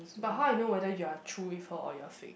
but how I know whether you are true with her or you are fake